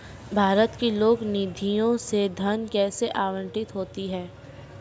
भारत की लोक निधियों से धन कैसे आवंटित होता है?